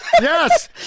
Yes